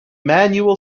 manual